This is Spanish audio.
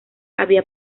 había